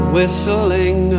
Whistling